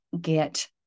get